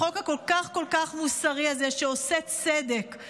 לחוק הכל-כך מוסרי הזה, שעושה צדק,